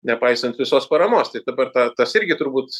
nepaisant visos paramos tai dabar tas irgi turbūt